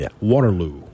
Waterloo